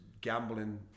gambling